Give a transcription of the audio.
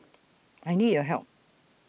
I need your help